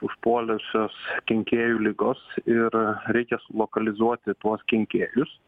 užpuolusios kenkėjų ligos ir reikia sulokalizuoti tuos kenkėjus